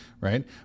right